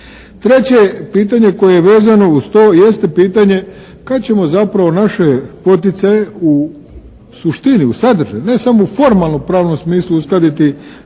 Treće pitanje koje je vezano uz to jeste pitanje kad ćemo zapravo naše poticaje u suštinu, u sadržaju, ne samo u formalno-pravnom smislu uskladiti